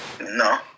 no